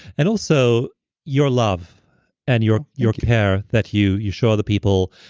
and also your love and your your care that you you show other people.